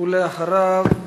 אחריו,